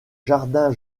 jardin